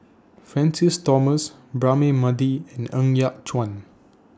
Francis Thomas Braema Mathi and Ng Yat Chuan